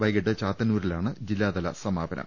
വൈകീട്ട് ചാത്തന്നൂരിലാണ് ജില്ലാതല സമാപനം